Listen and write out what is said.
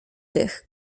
tych